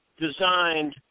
designed